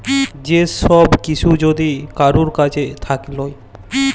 যে সব কিসু যদি কারুর কাজ থাক্যে লায়